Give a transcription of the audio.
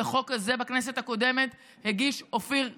את החוק הזה בכנסת הקודמת הגיש אופיר כץ,